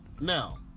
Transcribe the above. Now